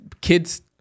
kids